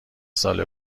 ساله